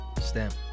Stamp